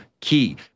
key